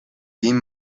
jim